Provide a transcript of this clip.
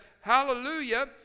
hallelujah